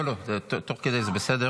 --- לא, לא, תוך כדי זה בסדר.